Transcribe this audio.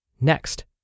Next